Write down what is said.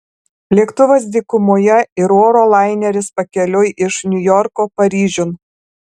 lėktuvas dykumoje ir oro laineris pakeliui iš niujorko paryžiun